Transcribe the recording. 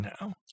now